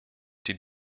die